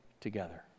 together